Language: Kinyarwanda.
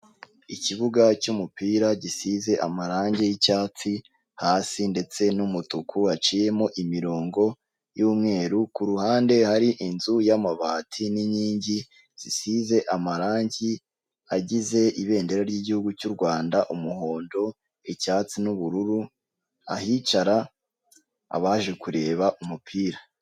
Ikibuga cy'umupira gisize amarangi yi'cyatsi hasi ndetse n'umutuku waciyemo imirongo y'mweru ku ruhande hari inzu y'amabati n'inkingi zisize amarangi agize ibendera ry'gihugu cy'u Rwanda umuhondo icyatsi n'ubururu ahicara abaje kureba umupira.